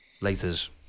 Later's